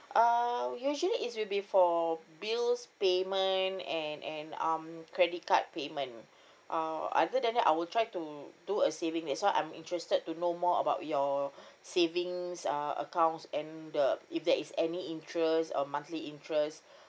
uh usually it'll be for bills payment and and um credit card payment uh other than that I will try to do a saving that's why I'm interested to know more about your savings uh accounts and the if there is any interest or monthly interest